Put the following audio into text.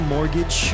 Mortgage